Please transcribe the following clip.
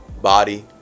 body